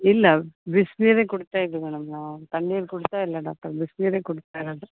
ಇಲ್ಲ ಬಿಸಿನೀರೇ ಕುಡಿತಾ ಇದ್ದು ಮೇಡಮ್ ನಾವು ತಣ್ಣೀರು ಕುಡಿತಾ ಇಲ್ಲ ಡಾಕ್ಟರ್ ಬಿಸಿನೀರೇ ಕುಡಿತಾ ಇರೋದು